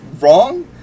wrong